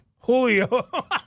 Julio